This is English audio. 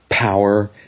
Power